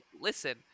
listen